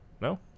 No